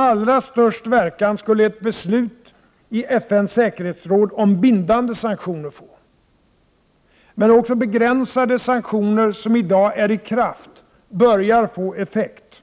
Allra störst verkan skulle ett beslut i FN:s säkerhetsråd om bindande sanktioner få. Men också de begränsade sanktioner som dag är i kraft börjar få effekt.